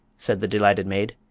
said the delighted maid,